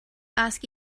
ask